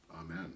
Amen